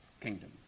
kingdom